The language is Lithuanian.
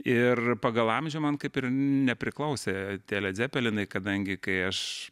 ir pagal amžių man kaip ir nepriklausė tie led zepelinai kadangi kai aš